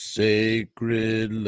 sacred